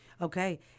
Okay